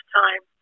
time